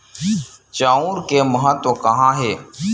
चांउर के महत्व कहां हे?